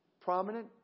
prominent